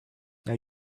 now